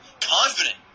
confident